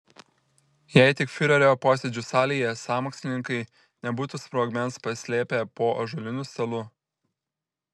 jei tik fiurerio posėdžių salėje sąmokslininkai nebūtų sprogmens paslėpę po ąžuoliniu stalu